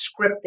scripting